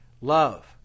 Love